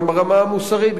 גם ברמה המוסרית,